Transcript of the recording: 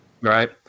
Right